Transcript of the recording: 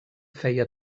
feia